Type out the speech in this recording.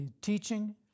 teaching